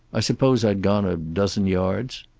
i suppose i'd gone a dozen yards.